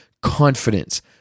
confidence